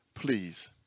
Please